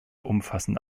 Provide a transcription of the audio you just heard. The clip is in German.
umfassende